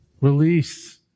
Release